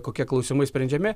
kokie klausimai sprendžiami